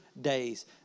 days